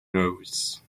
nervous